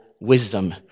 wisdom